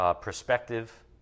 perspective